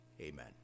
amen